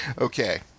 Okay